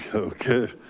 okay.